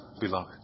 Beloved